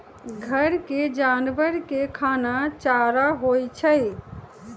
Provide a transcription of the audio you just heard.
घर के जानवर के खाना चारा होई छई